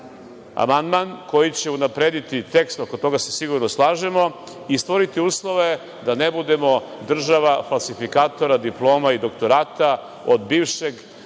amandman koji će unaprediti tekst, oko toga se sigurno slažemo, i stvoriti uslove da ne budemo država falsifikatora diploma i doktorata od bivšeg